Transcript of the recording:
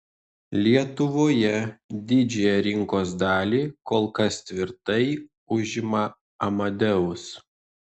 lietuvoje didžiąją rinkos dalį kol kas tvirtai užima amadeus